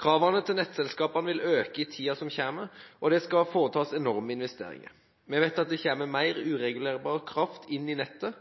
Kravene til nettselskapene vil øke i tiden som kommer, og det skal foretas enorme investeringer. Vi vet at det kommer mer uregulerbar kraft inn i nettet,